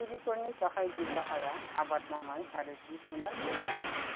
थागिबिफोरनि गाहाय जिउ राहाया आबाद मावनाय आरो जिब जुनार फिसिनाय